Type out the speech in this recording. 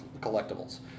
collectibles